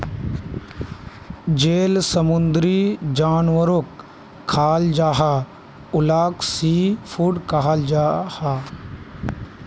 जेल समुंदरी जानवरोक खाल जाहा उलाक सी फ़ूड कहाल जाहा